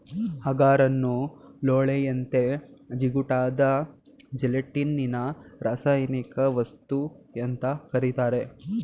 ಅಗಾರನ್ನು ಲೋಳೆಯಂತೆ ಜಿಗುಟಾದ ಜೆಲಟಿನ್ನಿನರಾಸಾಯನಿಕವಸ್ತು ಅಂತ ಕರೀತಾರೆ